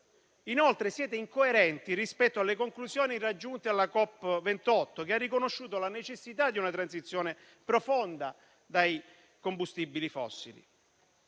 Inoltre, siete incoerenti rispetto alle conclusioni raggiunte alla COP28, che ha riconosciuto la necessità di una transizione profonda dai combustibili fossili.